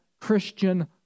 Christian